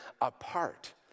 apart